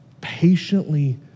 patiently